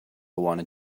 wanted